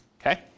Okay